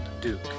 Duke